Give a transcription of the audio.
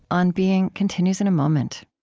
on being continues in a moment